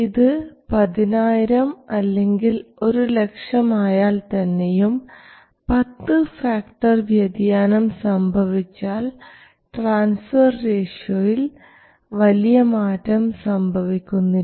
ഇത് 10000 അല്ലെങ്കിൽ 100000 ആയാൽ തന്നെയും 10 ഫാക്ടർ വ്യത്യാസം സംഭവിച്ചാൽ ട്രാൻസ്ഫർ റേഷ്യോയിൽ വലിയ മാറ്റം സംഭവിക്കുന്നില്ല